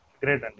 Great